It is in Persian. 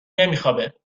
نمیخوابه